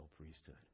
priesthood